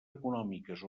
econòmiques